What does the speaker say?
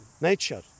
nature